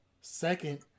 second